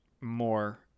more